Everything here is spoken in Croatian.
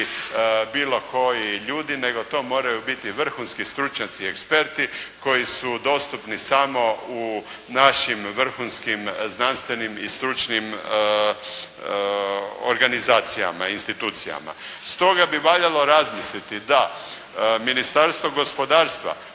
bilo koji ljudi, nego to moraju biti vrhunski stručnjaci eksperti, koji su dostupni samo u našim vrhunskim znanstvenim i stručnim organizacijama, institucijama. Stoga bi valjalo razmisliti da Ministarstvo gospodarstva